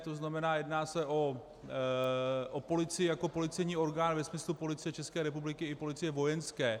To znamená, jedná se o policii jako policejní orgán ve smyslu Policie České republiky i policie Vojenské.